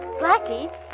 Blackie